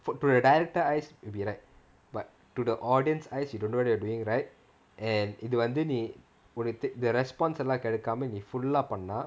from your director's eyes it may be right but to the audience eyes you don't know what you are doing right and இது வந்து நீ:ithu vanthu nee the response கிடைக்காம நீ:kidaikaama nee full lah பண்ணுனா:pannunaa